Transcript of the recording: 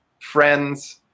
friends